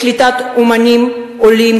לקליטת אמנים עולים,